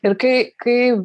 ir kai kai